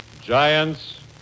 Giants